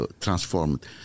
transformed